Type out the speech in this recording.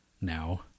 now